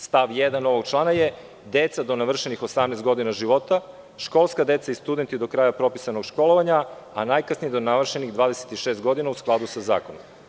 Stav 1. ovog člana je - deca do navršenih 18 godina života, školska deca i studenti do kraja propisanog školovanja, a najkasnije do navršenih 26 godina u skladu sa zakonom.